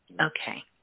Okay